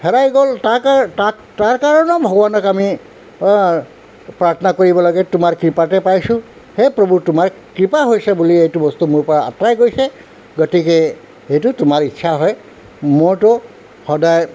হেৰাই গ'ল তাৰ তাক তাৰ কাৰণেও ভগৱানক আমি প্ৰাৰ্থনা কৰিব লাগে তোমাৰ কৃপাতে পাইছোঁ হে প্ৰভু তোমাৰ কৃপা হৈছে বুলি সেইটো বস্তু মোৰ পৰা আঁতৰাই গৈছে গতিকে সেইটো তোমাৰ ইচ্ছা হয় মোৰটো সদায়